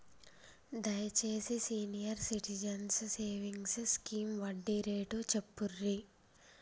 దయచేసి senior citizens savings scheme వడ్డీ rate చెప్పుర్రి